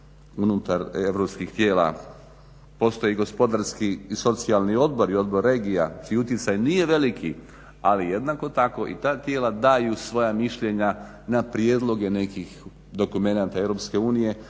unutar europskih tijela. Postoji gospodarski i socijalni odbor i odbor regija čiji utjecaj nije veliki ali jednako tako i ta tijela daju svoja mišljenja na prijedloge nekih dokumenata Europske unije.